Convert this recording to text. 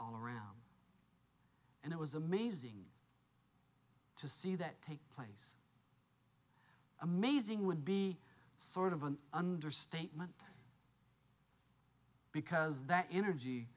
all around and it was amazing to see that take amazing would be sort of an understatement because that energy